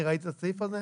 אני ראיתי את הסעיף הזה.